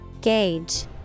Gauge